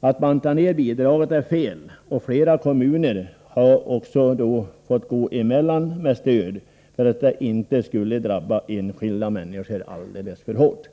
Att banta ned bidraget är fel, och flera kommuner har också fått gå emellan med stöd, för att enskilda människor inte skulle drabbas alltför hårt.